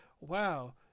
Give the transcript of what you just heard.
wow